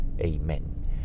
Amen